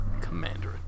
Commander